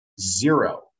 zero